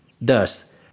Thus